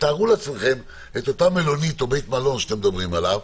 תארו לעצמכם את אותה מלונית או בית מלון שאתם מדברים עליו,